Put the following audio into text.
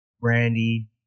brandy